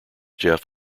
jeff